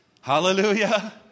Hallelujah